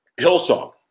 Hillsong